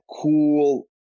cool